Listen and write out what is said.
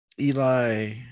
Eli